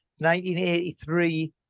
1983